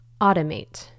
automate